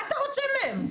מה אתה רוצה מהם?